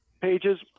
pages